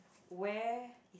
where